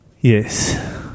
Yes